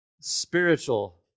Spiritual